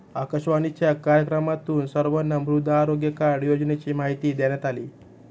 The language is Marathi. आकाशवाणीच्या कार्यक्रमातून सर्वांना मृदा आरोग्य कार्ड योजनेची माहिती देण्यात आली